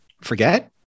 forget